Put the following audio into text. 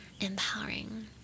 empowering